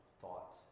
thought